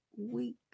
week